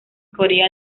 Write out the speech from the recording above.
corea